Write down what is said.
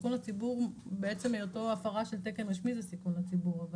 הסיכון לציבור בעצם היותו הפרה של תקן רשמי זה סיכון לציבור.